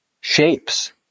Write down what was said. shapes